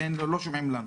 והם לא שומעים לנו.